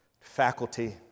faculty